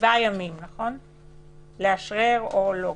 שבעה ימים לאשרר או לא.